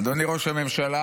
אדוני ראש הממשלה,